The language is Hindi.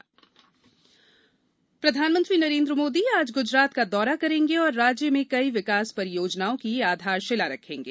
पीएम कच्छ प्रधानमंत्री नरेन्द्र मोदी आज गुजरात का दौरा करेंगे और राज्य में कई विकास परियोजनाओं की आधारशिला रखेंगे